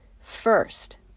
First